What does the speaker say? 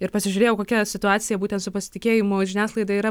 ir pasižiūrėjau kokia situacija būtent su pasitikėjimu žiniasklaida yra